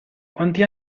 quanti